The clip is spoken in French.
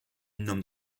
nomme